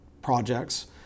projects